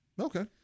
Okay